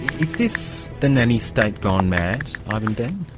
is this the nanny state gone mad, ivan dean?